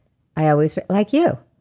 i always. like you.